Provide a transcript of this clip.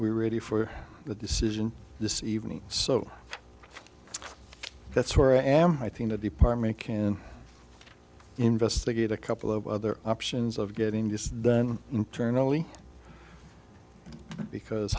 were ready for that decision this evening so that's where i am i think the department can investigate a couple of other options of getting this done internally because